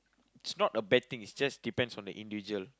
it's not a bad thing it's just depends on the individual